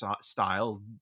style